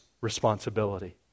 responsibility